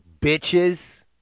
bitches